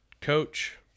Coach